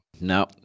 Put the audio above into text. No